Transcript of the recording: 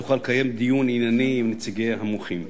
תוכל לקיים דיון ענייני עם נציגי המוחים.